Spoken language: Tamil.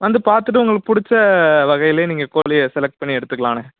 வந்து பார்த்துட்டு உங்களுக்கு பிடிச்ச வகையில நீங்கள் கோழிய செலக்ட் பண்ணி எடுத்துக்கலாண்ணே